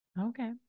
okay